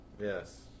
Yes